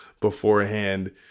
beforehand